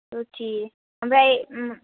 रुटि ओमफ्राय